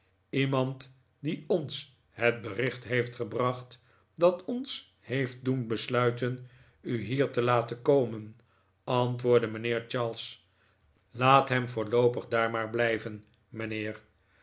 iemand die ons het bericht heeft gebracht dat ons heeft doen besluiten u hier te lateri komen antwoordde mijnheer charles laat hem voorloopig daar maar blijven mijnheer